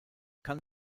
kann